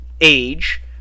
age